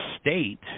state